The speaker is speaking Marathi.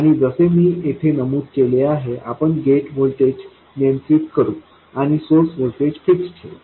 आणि जसे मी येथे नमूद केले आहे आपण गेट व्होल्टेज नियंत्रित करू आणि सोर्स व्होल्टेज फिक्स ठेवू